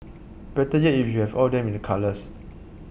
better yet if you have all them in the colours